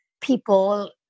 people